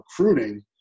recruiting